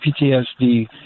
PTSD